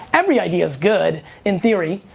every idea is good in theory.